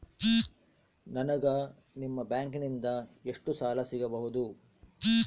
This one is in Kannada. ನನಗ ನಿಮ್ಮ ಬ್ಯಾಂಕಿನಿಂದ ಎಷ್ಟು ಸಾಲ ಸಿಗಬಹುದು?